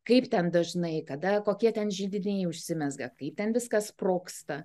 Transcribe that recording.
kaip ten dažnai kada kokie ten židiniai užsimezga kai ten viskas sprogsta